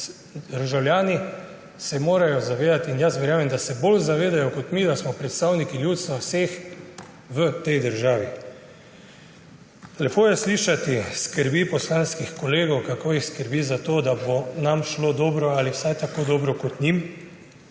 Državljani se morajo zavedati – in jaz verjamem, da se bolj zavedajo kot mi – da smo predstavniki ljudstva, vseh v tej državi. Lepo je slišati skrbi poslanskih kolegov, kako jih skrbi za to, da bo nam šlo dobro ali vsaj tako dobro, kot njim,